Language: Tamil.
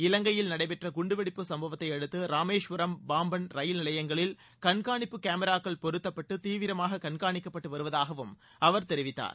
இலங்கையில் நடைபெற்ற குண்டுவெடிப்பு சம்பவத்தையடுத்து ராமேஸ்வரம் பாம்பன் ரயில் நிலையங்களில் கண்காணிப்பு கேமராக்கள் பொருத்தப்பட்டு தீவிரமாக கண்காணிக்கப்பட்டு வருவதாகவும் அவர் தெரிவித்தார்